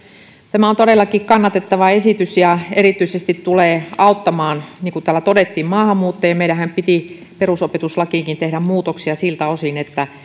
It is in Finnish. tämä on todellakin kannatettava esitys ja erityisesti se tulee auttamaan niin kuin täällä todettiin maahanmuuttajia meidänhän piti perusopetuslakiinkin tehdä muutoksia siltä osin että